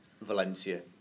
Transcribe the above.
Valencia